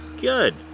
Good